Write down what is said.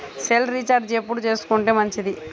Cell recharge ఎప్పుడు చేసుకొంటే మంచిది?